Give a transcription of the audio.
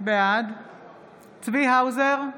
בעד צבי האוזר,